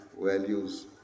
values